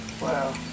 Wow